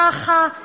ככה,